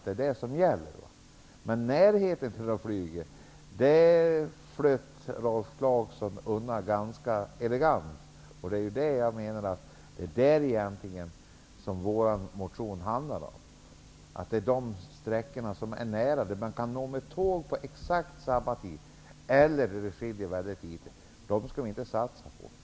Men det här med närheten till flyget gled Rolf Clarkson undan på ett elegant sätt. Vi menar ju i vår motion att man inte skall satsa på de sträckor som kan trafikeras med tåg på exakt samma tid, eller med mycket liten tidsskillnad.